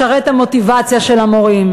לשרת את המוטיבציה של המורים,